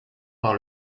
par